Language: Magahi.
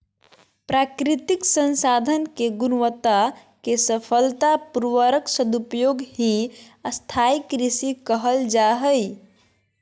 प्राकृतिक संसाधन के गुणवत्ता के सफलता पूर्वक सदुपयोग ही स्थाई कृषि कहल जा हई